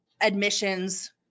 admissions